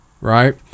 Right